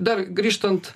dar grįžtant